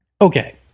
Okay